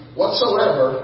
whatsoever